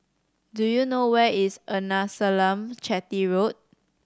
do you know where is Arnasalam Chetty Road